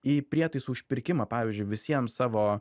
į prietaisų užpirkimą pavyzdžiui visiems savo